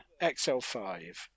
XL5